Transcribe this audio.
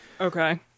Okay